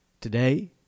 today